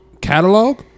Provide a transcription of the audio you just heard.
Catalog